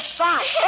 fine